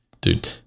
dude